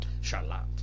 Charlotte